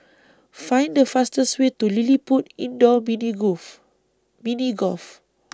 Find The fastest Way to LilliPutt Indoor Mini Mini Golf